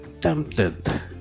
tempted